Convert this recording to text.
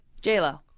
J-Lo